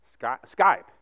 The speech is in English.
Skype